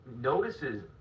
notices